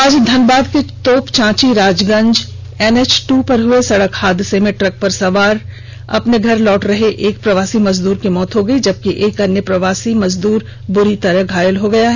आज धनबाद के तोपचांची राजगंज एनएच दो पर हुए सड़क हादसे में ट्र क पर सवार होकर अपने घर लौट रहे एक प्रवासी मजदूर की मौत हो गई जबकि एक अन्य प्रवासी मजदूर बुरी तरह से घायल हो गया है